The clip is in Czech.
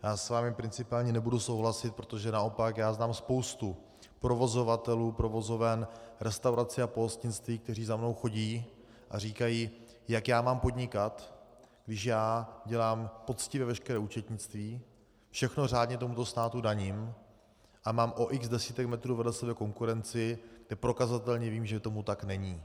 Já s vámi principiálně nebudu souhlasit, protože naopak já znám spoustu provozovatelů provozoven, restaurací a pohostinství, kteří za mnou chodí a říkají, jak já mám podnikat, když dělám poctivě veškeré účetnictví, všechno řádně tomuto státu daním a mám o x desítek metrů vedle sebe konkurenci, kde prokazatelně vím, že tomu tak není.